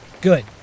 Good